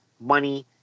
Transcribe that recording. money